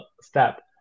step